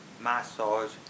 massage